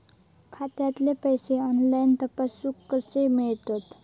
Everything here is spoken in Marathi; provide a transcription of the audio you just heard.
खात्यातले पैसे ऑनलाइन तपासुक कशे मेलतत?